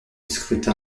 scrutin